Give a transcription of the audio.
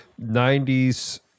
90s